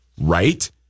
right